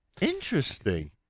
Interesting